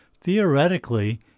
theoretically